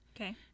okay